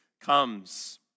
comes